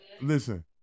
Listen